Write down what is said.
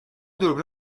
دوربین